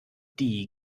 die